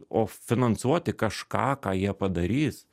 o finansuoti kažką ką jie padarys